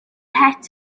het